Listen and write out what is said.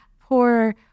poor